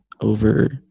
over